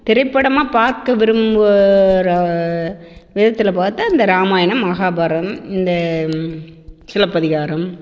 திரைப்படமாக பார்த்து விரும்புகிற விதத்தில் பார்த்து அந்த ராமாயணம் மகாபாரதம் இந்த சிலப்பதிகாரம்